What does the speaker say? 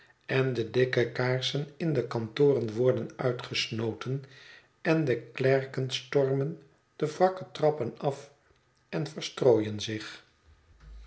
en de dikke kaarsen in de kantoren worden uitgesnoten en de klerken stormen de wrakke trappen af én verstrooien zich